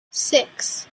six